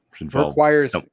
Requires